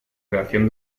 creación